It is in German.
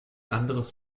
anderes